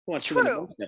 True